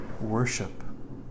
worship